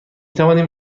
توانیم